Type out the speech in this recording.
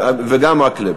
וגם מקלב.